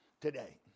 today